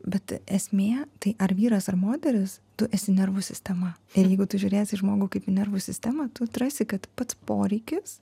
bet esmė tai ar vyras ar moteris tu esi nervų sistema ir jeigu tu žiūrėsi į žmogų kaip į nervų sistemą tu atrasi kad pats poreikis